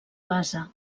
base